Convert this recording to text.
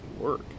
work